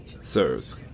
Sirs